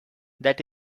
that